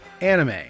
Anime